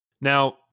Now